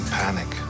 panic